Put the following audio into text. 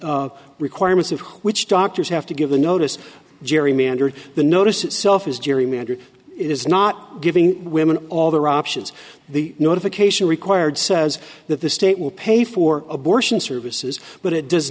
requirements of which doctors have to give the notice gerrymandered the notice itself is gerrymandered it is not giving women all their options the notification required says that the state will pay for abortion services but it does